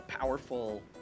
Powerful